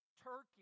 Turkey